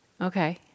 Okay